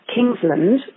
Kingsland